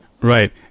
Right